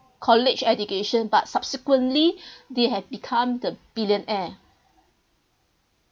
college education but subsequently they have become the billionaire